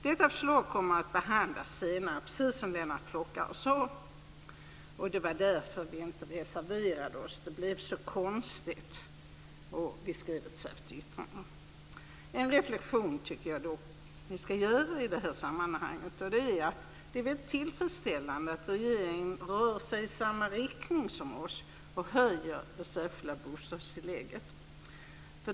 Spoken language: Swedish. Detta förslag kommer, som Lennart Klockare sade, att behandlas senare. Det var därför som vi inte reserverade oss. Det skulle ha blivit konstigt, och vi har i stället avgivit ett särskilt yttrande. Jag vill dock göra en reflexion i detta sammanhang. Det är tillfredsställande att regeringen rör sig i samma riktning som vi och föreslår höjning av det särskilda bostadstillägget.